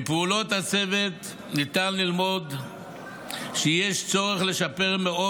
מפעולות הצוות ניתן ללמוד שיש צורך לשפר מאוד